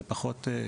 זה פחות,